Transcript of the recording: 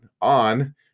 on